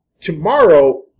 Tomorrow